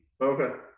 okay